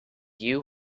you